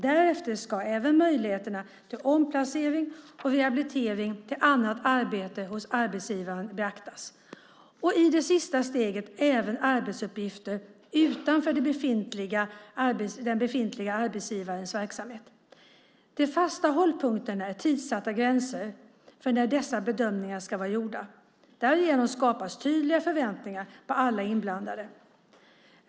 Därefter ska även möjligheterna till omplacering och rehabilitering till annat arbete hos arbetsgivaren beaktas och i det sista steget även arbetsuppgifter utanför den befintliga arbetsgivarens verksamhet. De fasta hållpunkterna är tidssatta gränser för när dessa bedömningar ska vara gjorda. Därigenom skapas tydliga förväntningar på alla inblandade.